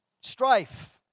strife